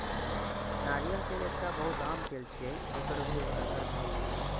नारियल तेल एकटा बहुत आम तेल छियै, जेकर उपयोग हर घर मे होइ छै